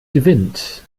gewinnt